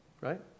right